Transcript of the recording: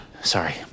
Sorry